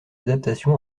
adaptation